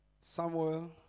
Samuel